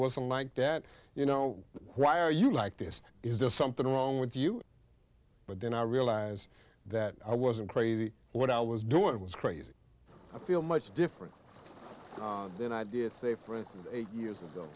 wasn't like that you know why are you like this is there something wrong with you but then i realized that i wasn't crazy what i was doing was crazy i feel much different than i did say for instance eight years ago